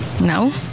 No